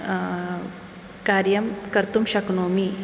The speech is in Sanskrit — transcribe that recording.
कार्यं कर्तुं शक्नोमि